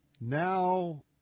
now